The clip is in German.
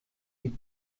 sie